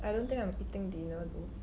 I don't think I'm eating dinner though